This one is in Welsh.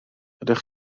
ydych